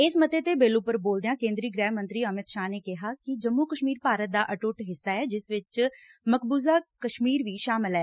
ਇਸ ਮੱਤੇ ਅਤੇ ਬਿੱਲ ਉਪਰ ਬੋਲਦਿਆਂ ਕੇਂਦਰੀ ਗੁਹਿ ਮੰਤਰੀ ਅਮਿਤ ਸ਼ਾਹ ਨੇ ਕਿਹਾ ਕਿ ਜੰਮੁ ਕਸ਼ਮੀਰ ਭਾਰਤ ਦਾ ਅਟੁੱਟ ਹਿੱਸਾ ਐ ਜਿਸ ਚ ਮਕਬੁਜ਼ਾ ਕਸ਼ਮੀਰ ਵੀ ਸ਼ਾਮਲ ਐ